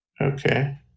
Okay